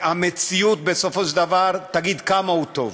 והמציאות בסופו של דבר תגיד כמה הוא טוב,